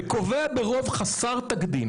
וקובע ברוב חסר תקדים,